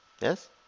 yes